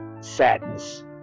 sadness